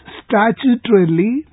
statutorily